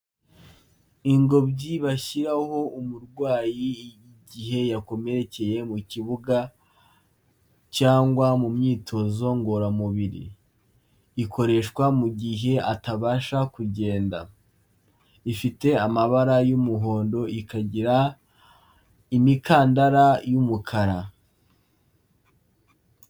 Ingobyi bashyiraho umurwayi igihe yakomerekeye mu kibuga cyangwa mu myitozo ngororamubiri, ikoreshwa mu gihe atabasha kugenda, ifite amabara y'umuhondo, ikagira imikandara y'umukara.